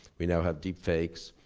we now have deep fakes,